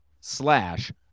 slash